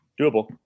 doable